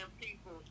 people